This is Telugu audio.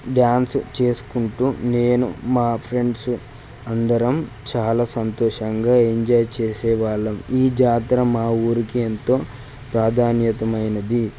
డాన్స్ చేసుకుంటూ నేను మా ఫ్రెండ్స్ అందరం చాలా సంతోషంగా ఎంజాయ్ చేసేవాళ్ళం ఈ జాతర మా ఉరికి ఎంతో ప్రాధాన్యతమైనది